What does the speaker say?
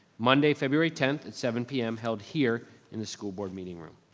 monday, february tenth, at seven p m, held here in the school board meeting room,